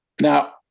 Now